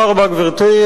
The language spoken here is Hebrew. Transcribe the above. גברתי,